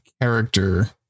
character